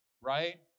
Right